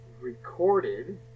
recorded